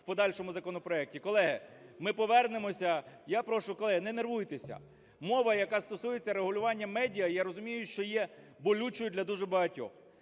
в подальшому законопроекті. Колеги, ми повернемося. Я прошу, колеги, не нервуйтеся. Мова, яка стосується регулювання медіа, я розумію, що є болючою для дуже багатьох.